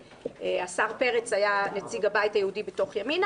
השר פרץ היה נציג הבית היהודי בתוך ימינה,